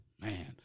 man